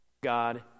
God